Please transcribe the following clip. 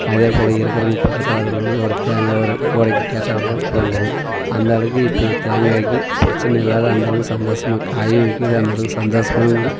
அதேபோல் இருக்கிறவுங்க பக்கத்தில் இருக்கிறவுங்களுக்கு ஒரு தேங்காய் ஒரு உடைக்க கேட்டால் கூட கொடுக்கறோம் அந்தளவுக்கு இப்பய தேங்காய்க்கு பிரச்சின இல்லாத அந்தளவுக்கு சந்தோஷமா காயும் விற்கிது அந்தளவுக்கு சந்தோஷமாவுங்குது